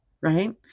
right